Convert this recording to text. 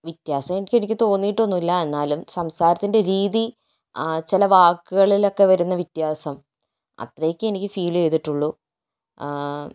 വ്യത്യാസം എന്ന് എനിക്ക് തോന്നിട്ടൊന്നും ഇല്ല എന്നാലും സംസാരത്തിൻ്റെ രീതി ചില വാക്കുകളിലൊക്കെ വരുന്ന വ്യത്യാസം അത്രയൊക്കെ എനിക്ക് ഫീൽ ചെയ്തിട്ടുള്ളു